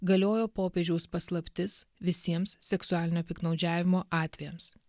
galiojo popiežiaus paslaptis visiems seksualinio piktnaudžiavimo atvejams